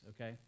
okay